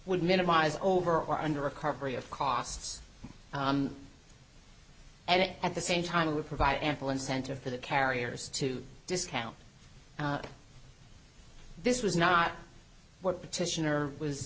would minimize over or under recovery of costs and it at the same time would provide ample incentive for the carriers to discount this was not what petitioner was